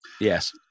Yes